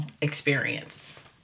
experience